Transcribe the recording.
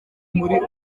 muri